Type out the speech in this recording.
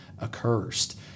accursed